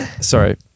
Sorry